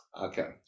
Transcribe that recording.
Okay